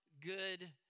good